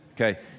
Okay